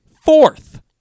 fourth